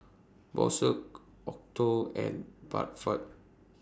Bosch Acuto and Bradford